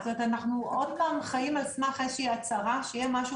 אנחנו עוד פעם חיים על סמך איזושהי הצהרה שיהיה משהו